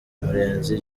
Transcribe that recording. murenzi